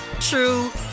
true